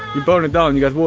you burn it down and you get